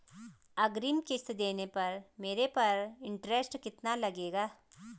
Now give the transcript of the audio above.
अग्रिम किश्त देने पर मेरे पर इंट्रेस्ट कितना लगेगा?